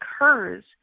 occurs